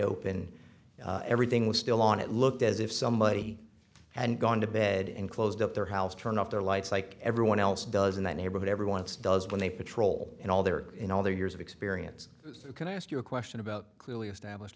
open everything was still on it looked as if somebody and gone to bed and closed up their house turned off their lights like everyone else does in the neighborhood everyone else does when they patrol in all their in all their years of experience you can ask your question about clearly establish